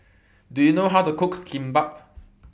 Do YOU know How to Cook Kimbap